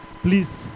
please